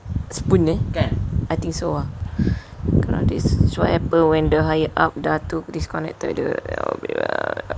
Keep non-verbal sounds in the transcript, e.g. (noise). spoon eh I think so ah this kind of things sure happen when the higher up disconnected the (noise)